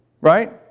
Right